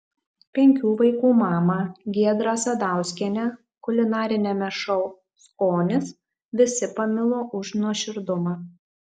penkių vaikų mamą giedrą sadauskienę kulinariniame šou skonis visi pamilo už nuoširdumą